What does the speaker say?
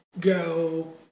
go